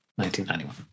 1991